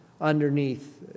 underneath